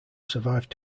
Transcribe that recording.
survived